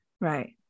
Right